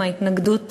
עם ההתנגדות